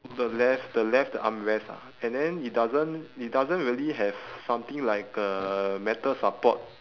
the left the left the armrest ah and then it doesn't it doesn't really have something like a metal support